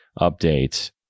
update